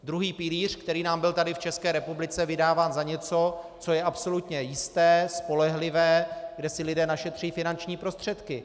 Druhý pilíř, který nám byl tady v České republice vydáván za něco, co je absolutně jisté, spolehlivé, kde si lidé našetří finanční prostředky.